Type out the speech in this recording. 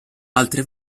altre